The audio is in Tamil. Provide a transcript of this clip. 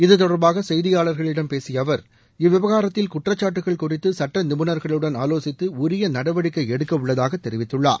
இத்தொடர்பாக செய்தியாளர்களிடம் பேசிய அவர் இவ்விவகாரத்தில் குற்றச்சாட்டுகள் குறித்து சட்ட நிபுணர்களுடன் ஆலோசித்து உரிய நடவடிக்கை எடுக்க உள்ளதாக தெரிவித்துள்ளார்